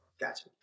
Gotcha